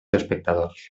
espectadors